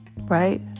right